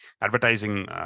advertising